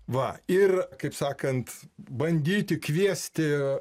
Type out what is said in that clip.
va ir kaip sakant bandyti kviesti